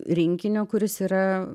rinkinio kuris yra